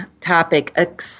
topic